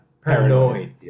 Paranoid